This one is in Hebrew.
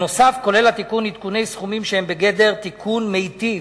נוסף על כך התיקון כולל עדכוני סכומים שהם בגדר תיקון מיטיב,